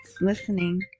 listening